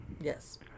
Yes